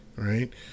Right